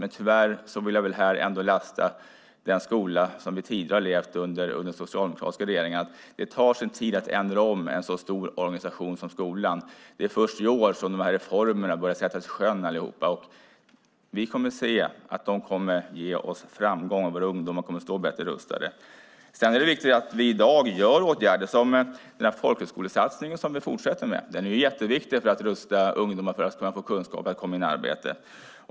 Men tyvärr vill jag här ändå lasta den skola som vi tidigare har levt med under socialdemokratiska regeringar. Det tar sin tid att ändra en så stor organisation som skolan. Det är först i år som alla de här reformerna börjar sättas i sjön. Vi kommer att se att de kommer att ge oss framgång och att våra ungdomar kommer att stå bättre rustade. Vi har redan i dag åtgärder, bland annat folkhögskolesatsningen som vi nu fortsätter med. Den är jätteviktig för att rusta ungdomar med kunskaper för att komma in i arbete.